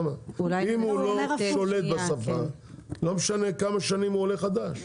אם הוא לא שולט בשפה לא משנה כמה שנים הוא עולה חדש,